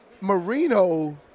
Marino